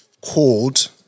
called